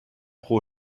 pro